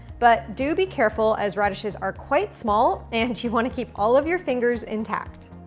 but, do be careful as radishes are quite small, and you wanna keep all of your fingers intact.